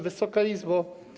Wysoka Izbo!